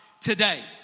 today